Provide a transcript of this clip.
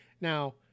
Now